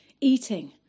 eating